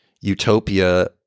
utopia